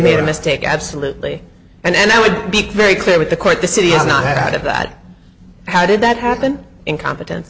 made a mistake absolutely and it would be very clear with the court the city is not out of that how did that happen incompeten